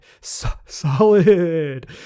solid